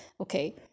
okay